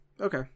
okay